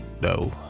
No